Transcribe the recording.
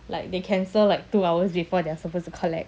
like they cancel like two hours before they are supposed to collect